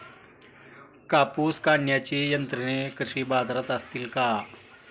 कापूस काढण्याची यंत्रे कृषी बाजारात असतील का?